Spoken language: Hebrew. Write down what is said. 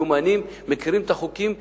מיומנים ומכירים את החוקים,